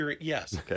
Yes